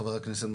חבר הכנסת מקלב,